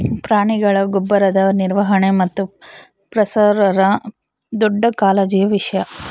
ಪ್ರಾಣಿಗಳ ಗೊಬ್ಬರದ ನಿರ್ವಹಣೆ ಮತ್ತು ಪ್ರಸರಣ ದೊಡ್ಡ ಕಾಳಜಿಯ ವಿಷಯ